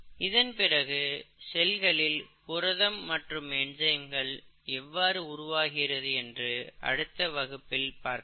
இதன்பிறகு செல்களில் புரதம் மற்றும் என்சைம்கள் எவ்வாறு உருவாகிறது என்று அடுத்த வகுப்பில் பார்க்கலாம்